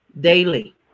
daily